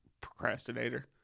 procrastinator